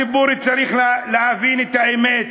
הציבור צריך להבין את האמת.